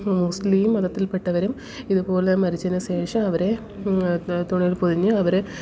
മുസ്ലീം മതത്തിൽപ്പെട്ടവരും ഇതുപോലെ മരിച്ചതിന് ശേഷം അവരെ തുണിയിൽ പൊതിഞ്ഞ് അവരെ